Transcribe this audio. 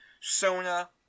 Sona